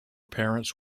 parents